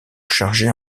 chargée